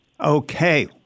Okay